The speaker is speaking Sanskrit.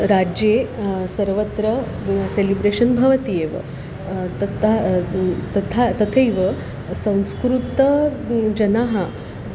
राज्ये सर्वत्र सेलिब्रेशन् भवति एव तथा तथा तथैव संस्कृते जनाः